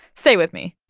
stay with me